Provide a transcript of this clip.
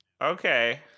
Okay